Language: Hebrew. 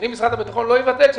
אם משרד הביטחון לא יבטל את המכרז,